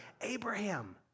Abraham